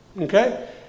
Okay